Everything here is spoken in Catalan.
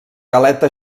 galeta